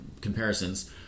comparisons